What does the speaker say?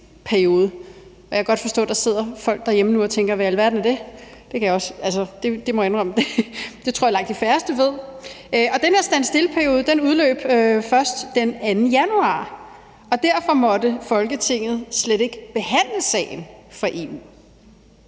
still-periode. Jeg kan godt forstå, der sidder folk derhjemme nu og tænker: Hvad i alverden er det? Jeg må indrømme, at det tror jeg langt de færreste ved. Og den her stand still-periode udløb først den 2. januar, og derfor måtte Folketinget slet ikke behandle sagen for EU.